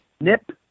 Nip